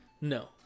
no